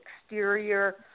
exterior